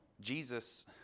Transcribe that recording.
Jesus